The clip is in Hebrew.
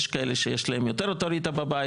יש כאלה שיש להם יותר אוטוריטה בבית